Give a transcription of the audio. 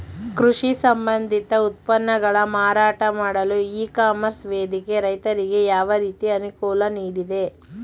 ಕೃಷಿ ಸಂಬಂಧಿತ ಉತ್ಪನ್ನಗಳ ಮಾರಾಟ ಮಾಡಲು ಇ ಕಾಮರ್ಸ್ ವೇದಿಕೆ ರೈತರಿಗೆ ಯಾವ ರೀತಿ ಅನುಕೂಲ ನೀಡಿದೆ?